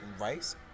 rice